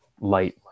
light